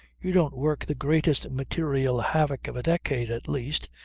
you don't work the greatest material havoc of a decade at least,